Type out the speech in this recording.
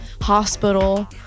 hospital